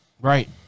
Right